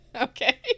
okay